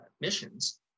missions